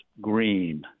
green